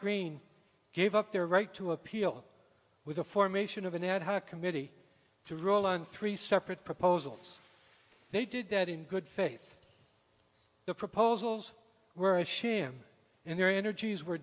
green gave up their right to appeal with the formation of an ad hoc committee to rule on three separate proposals they did that in good faith the proposals were a sham and their energies were